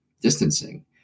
distancing